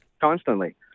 Constantly